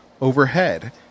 Overhead